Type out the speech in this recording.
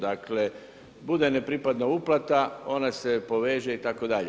Dakle, bude nepripadna uplata, ona se poveže itd.